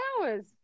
hours